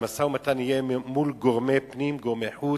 המשא-ומתן יהיה מול גורמי פנים, גורמי חוץ,